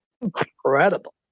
incredible